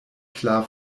klar